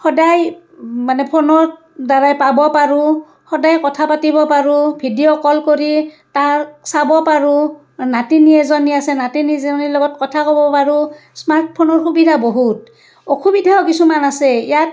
সদায় মানে ফোনত দ্ৱাৰাই পাব পাৰোঁ সদায় কথা পাতিব পাৰোঁ ভিডিঅ' কল কৰি তাৰ চাব পাৰোঁ নাতিনী এজনী আছে নাতিনীজনীৰ লগত কথা ক'ব পাৰোঁ স্মাৰ্টফোনৰ সুবিধা বহুত অসুবিধাও কিছুমান আছে ইয়াত